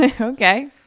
Okay